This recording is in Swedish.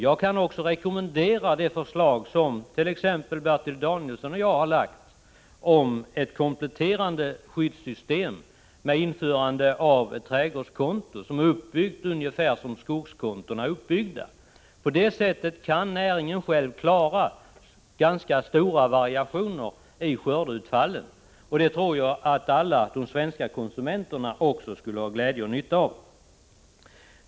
Jag kan också rekommendera det förslag som Bertil Danielsson och jag har lagt fram om ett kompletterande skyddssystem med införande av ett trädgårdskonto, som är uppbyggt ungefär som skogskontona är uppbyggda. På det sättet kan näringen själv klara ganska stora variationer i skördeutfallet. Det tror jag att alla svenska konsumenter också skulle ha glädje och nytta av.